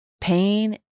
pain